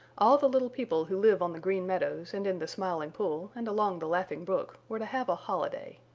all the little people who live on the green meadows and in the smiling pool and along the laughing brook were to have a holiday.